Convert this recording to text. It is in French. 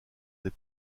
des